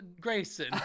Grayson